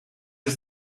des